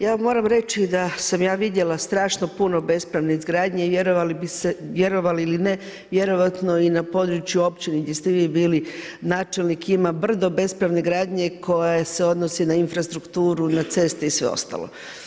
Ja moram reći da sam ja vidjela strašno puno bespravne izgradnje i vjerovali ili ne, vjerojatno i na području općine gdje ste vi bili načelnik ima brdo bespravne gradnje koja se odnosi na infrastrukturu, na ceste i sve ostalo.